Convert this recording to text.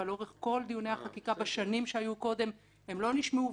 אבל לאורך כל דיוני החקיקה בשנים שהיו קודם הם לא נשמעו,